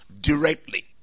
directly